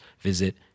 visit